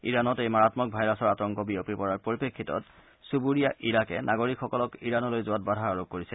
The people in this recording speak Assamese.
ইৰানত এই মাৰাঘক ভাইৰাছৰ আতংক বিয়পি পৰাৰ পৰিপ্ৰেক্ণিতত চুবুৰীয়া ইৰাকে নাগৰিকসকলক ইৰানলৈ যোৱাত বাধা আৰোপ কৰিছে